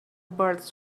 birds